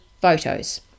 photos